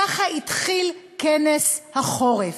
ככה התחיל כנס החורף.